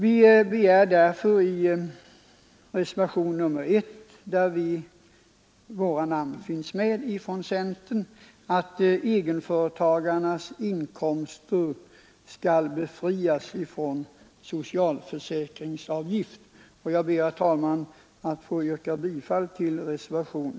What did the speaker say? I reservationen 1, som centerns representanter i utskottet anslutit sig till, hemställs att egenföretagarnas inkomster skall befrias från socialförsäkringsavgift, och jag ber, herr talman, att få yrka bifall till denna reservation.